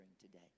today